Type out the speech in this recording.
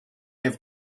have